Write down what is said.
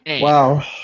Wow